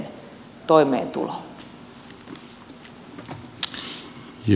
arvoisa puhemies